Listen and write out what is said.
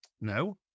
No